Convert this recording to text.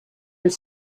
his